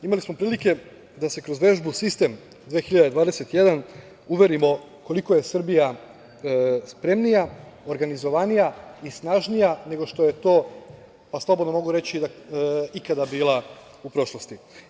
Imali smo prilike da se kroz vežbu „Sistem 2021“ uverimo koliko je Srbija spremnija, organizovanija i snažnija, nego što je to, slobodno mogu reći, ikada bila u prošlosti.